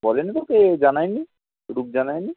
বলে নি তোকে জানায় নি রূপ জানাই নি